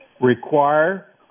require